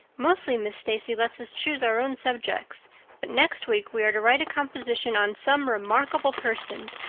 mostly miss stacy lets us choose our own subjects but next week we are to write a composition on some remarkable person.